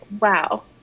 wow